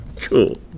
Cool